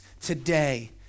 today